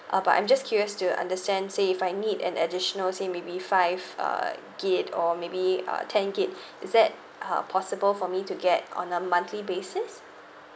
uh but I'm just curious to understand say if I need an additional say maybe five uh gig or maybe uh ten gig is that uh possible for me to get on a monthly basis